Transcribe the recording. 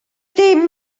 dim